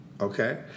Okay